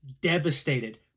devastated